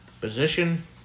position